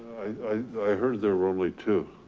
i heard there were only two.